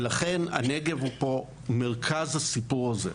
לכן הנגב הוא מרכז הסיפור הזה.